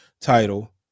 title